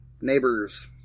Neighbors